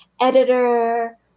editor